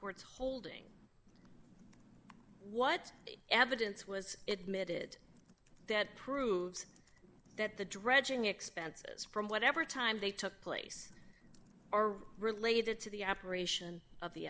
court's holding what evidence was it mid that proves that the dredging expenses from whatever time they took place are related to the operation of the